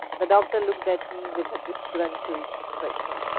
the doctor looked at me with a disgruntled expression.